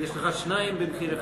יש לך שניים במחיר אחד.